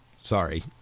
sorry